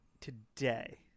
today